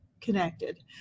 connected